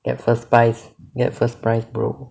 get first prize get first prize bro